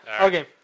Okay